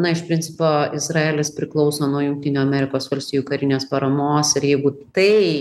na iš principo izraelis priklauso nuo jungtinių amerikos valstijų karinės paramos ir jeigu tai